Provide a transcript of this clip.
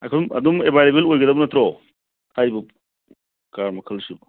ꯑꯗꯨꯝ ꯑꯦꯕꯥꯏꯂꯦꯕꯜ ꯑꯣꯏꯒꯗꯧꯕ ꯅꯠꯇ꯭ꯔꯣ ꯍꯥꯏꯔꯤꯕ ꯀꯥꯔ ꯃꯈꯜꯁꯤꯕꯣ